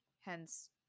Hence